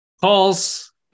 Calls